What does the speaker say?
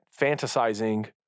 fantasizing